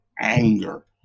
anger